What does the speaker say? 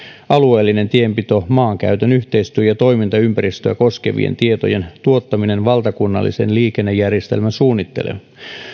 alueellinen tienpito maankäytön yhteistyö ja toimintaympäristöä koskevien tietojen tuottaminen valtakunnalliseen liikennejärjestelmäsuunnitteluun